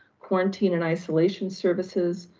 quarantine and isolation services,